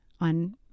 on